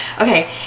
Okay